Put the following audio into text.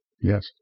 Yes